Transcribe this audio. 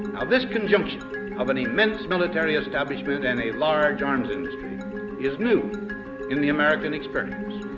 this conjunction of an immense military establishment and a large arms industry is new in the american experience.